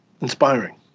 inspiring